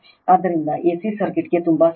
ಆದ್ದರಿಂದ A C ಸರ್ಕ್ಯೂಟ್ಗೆ ತುಂಬಾ ಸರಳವಾಗಿದೆ